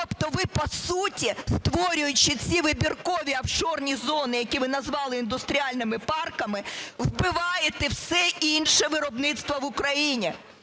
Тобто ви, по суті, створюючи ці вибіркові офшорні зони, які ви назвали індустріальними парками, вбиваєте все інше виробництво в Україні.